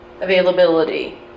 availability